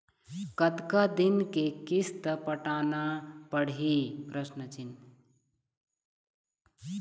कतका दिन के किस्त पटाना पड़ही?